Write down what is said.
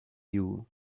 you